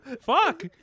Fuck